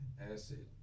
acid